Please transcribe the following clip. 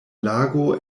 lago